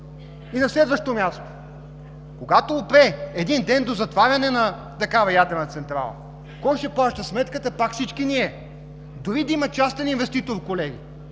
На следващо място, когато един ден опре до затварянето на такава ядрена централа, кой ще плаща сметката? Пак всички ние! Дори да има частен инвеститор, колеги,